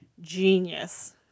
Genius